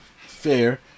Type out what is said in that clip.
Fair